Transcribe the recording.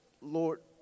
Lord